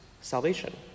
salvation